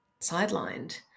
sidelined